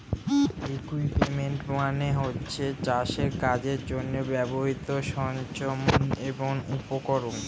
equipment মানে হচ্ছে চাষের কাজের জন্যে ব্যবহৃত সরঞ্জাম এবং উপকরণ